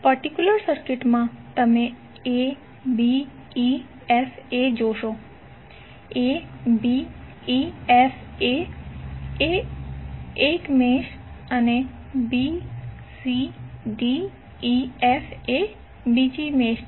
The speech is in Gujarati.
પર્ટિક્યુલર સર્કિટમાં તમે abefa જોશો abefa એ 1 મેશ અને bcdef એ બીજી મેશ છે